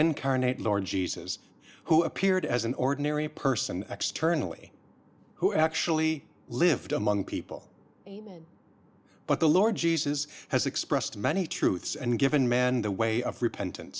incarnate lord jesus who appeared as an ordinary person externally who actually lived among people but the lord jesus has expressed many truths and given man the way of repentan